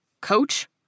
Coach